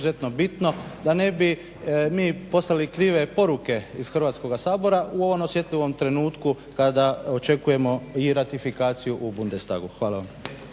da ne bi mi poslali krive poruke iz Hrvatskoga sabora u ovom osjetljivom trenutku kada očekujemo i ratifikaciju u Bundestagu. Hvala.